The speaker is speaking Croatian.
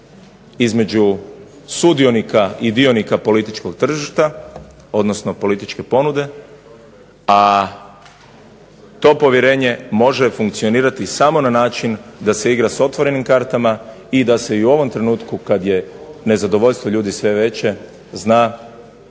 između sudionika i dionika političkog tržišta, odnosno političke ponude, a to povjerenje može funkcionirati samo na način da se igra s otvorenim kartama i da se i u ovom trenutku, kad je nezadovoljstvo ljudi sve veće, zna kada